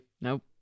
Nope